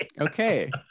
okay